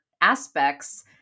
aspects